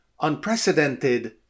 unprecedented